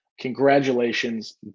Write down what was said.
Congratulations